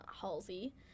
Halsey